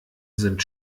sind